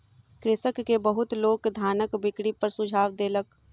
कृषक के बहुत लोक धानक बिक्री पर सुझाव देलक